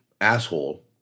asshole